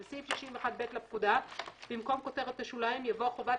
סעיף 61א2 לפקודה, עם התיקונים שהוכנסו בו, נתקבל.